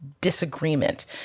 Disagreement